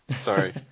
Sorry